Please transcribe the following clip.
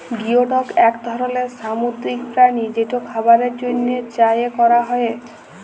geoduck এক ধরলের সামুদ্রিক প্রাণী যেটা খাবারের জন্হে চাএ ক্যরা হ্যয়ে